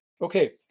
Okay